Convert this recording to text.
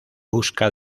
busca